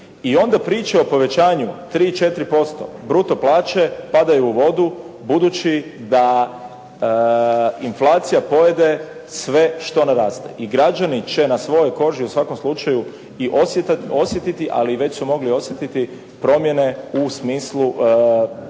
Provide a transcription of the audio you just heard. I onda priča o povećanju 3, 4% bruto plaće padaju u vodu budući da inflacija pojede sve što naraste i građani će na svojoj koži u svakom slučaju i osjetiti, ali i već su mogli osjetiti promjene u smislu pogoršanja